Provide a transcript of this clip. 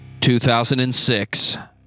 2006